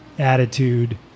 attitude